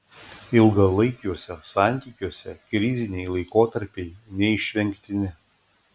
ilgalaikiuose santykiuose kriziniai laikotarpiai neišvengtini